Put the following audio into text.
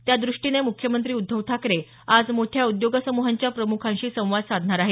त्यादृष्टीने मुख्यमंत्री उद्धव ठाकरे आज मोठ्या उद्योगसमुहांच्या प्रमुखांशी संवाद साधणार आहेत